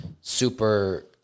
super